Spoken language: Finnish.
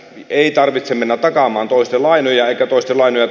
ei tarvitse mennä takaamaan poistelainoja ja poistumaan yöt